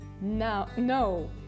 No